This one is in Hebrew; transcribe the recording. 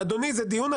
יסוד.